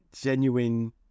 genuine